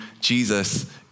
Jesus